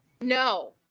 No